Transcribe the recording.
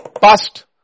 Past